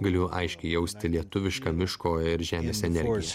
galiu aiškiai jausti lietuvišką miško ir žemės energiją